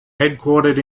headquartered